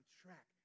track